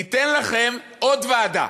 ניתן לכם עוד ועדה.